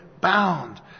bound